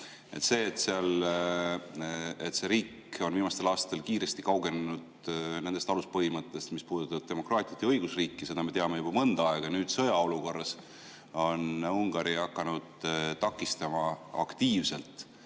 Seda, et see riik on viimastel aastatel kiiresti kaugenenud nendest aluspõhimõtetest, mis puudutavad demokraatiat ja õigusriiki, me teame juba mõnda aega. Nüüd sõjaolukorras on Ungari hakanud takistama aktiivselt